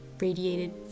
radiated